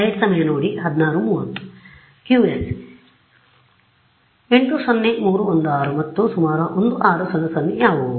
Qs 80316 ಮತ್ತು ಸುಮಾರು 1600 ಯಾವುವು